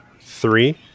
three